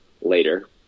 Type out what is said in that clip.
later